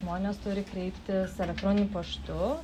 žmonės turi kreiptis elektroniniu paštu